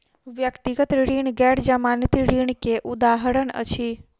व्यक्तिगत ऋण गैर जमानती ऋण के उदाहरण अछि